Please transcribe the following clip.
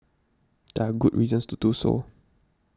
there are good reasons to do so